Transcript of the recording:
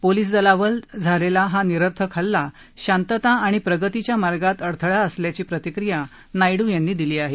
police दलावर झालेला हा निरर्थक हल्ला शांतता आणि प्रगतीच्या मार्गात अडथळा असल्याची प्रतिक्रिया नायडू यांनी दिली आहे